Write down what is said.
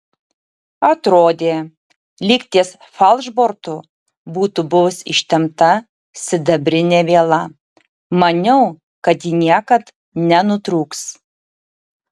atrodė lyg ties falšbortu būtų buvus ištempta sidabrinė viela maniau kad ji niekad nenutrūks